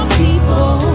people